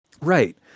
Right